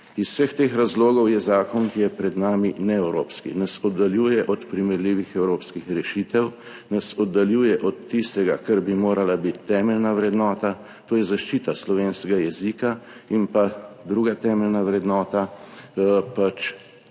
Iz vseh teh razlogov je zakon, ki je pred nami, neevropski, nas oddaljuje od primerljivih evropskih rešitev, nas oddaljuje od tistega, kar bi morala biti temeljna vrednota, to je zaščita slovenskega jezika in pa druga temeljna vrednota –